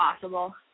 possible